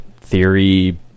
theory